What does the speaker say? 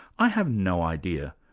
i have no idea,